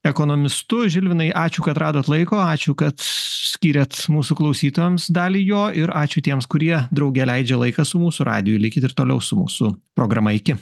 ekonomistu žilvinai ačiū kad radot laiko ačiū kad skyrėt mūsų klausytojams dalį jo ir ačiū tiems kurie drauge leidžia laiką su mūsų radiju likit ir toliau su mūsų programa iki